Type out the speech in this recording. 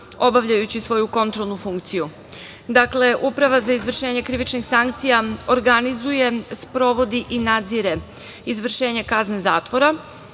obavljajući svoju kontrolnu funkciju. Dakle, Uprava za izvršenje krivičnih sankcija organizuje, sprovodi i nadzire izvršenje kazne zatvora,